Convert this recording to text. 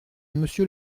monsieur